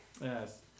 Yes